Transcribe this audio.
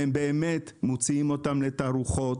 הם באמת מוציאים אותם לתערוכות,